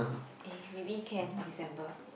eh maybe can December